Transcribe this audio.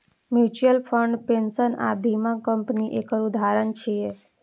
mutual fund, pension आ बीमा company एकर उदाहरण छियै